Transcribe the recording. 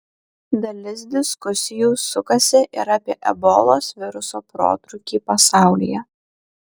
dalis diskusijų sukasi ir apie ebolos viruso protrūkį pasaulyje